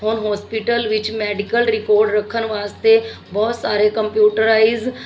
ਹੁਣ ਹੋਸਪਿਟਲ ਵਿੱਚ medical record ਰੱਖਣ ਵਾਸਤੇ ਬਹੁਤ ਸਾਰੇ ਕੰਪਿਊਟਰਾਈਜ਼